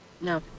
no